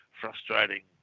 frustrating